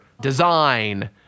design